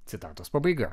citatos pabaiga